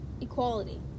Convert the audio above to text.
equality